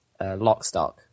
Lockstock